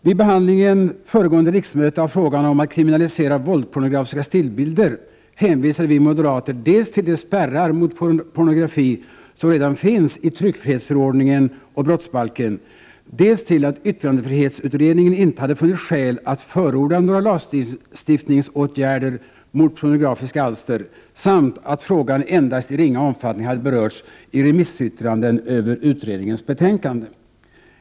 Vid behandlingen föregående riksmöte av frågan om att kriminalisera våldspornografiska stillbilder hänvisade vi moderater dels till de spärrar mot pornografi som redan finns i tryckfrihetsförordningen och brottsbalken, dels till att yttrandefrihetsutredningen inte hade funnit skäl att förorda några lagstiftningsåtgärder mot pornografiska alster, dels till att frågan endast i ringa omfattning hade berörts i remissyttrandena över utredningens betänkande.